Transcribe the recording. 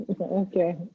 okay